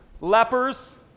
lepers